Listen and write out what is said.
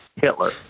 Hitler